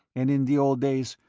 and in the old days,